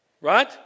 right